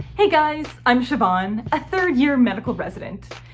hey guys. i'm siobhan, a third year medical resident.